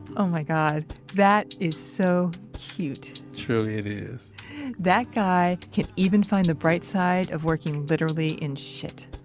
oh my god, that is so cute truly it is that guy can even find the bright side of working literally in shit